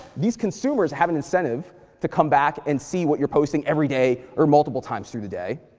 these consumers have an incentive to come back and see what you're posting everyday or multiple times through the day,